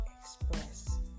express